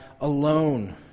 alone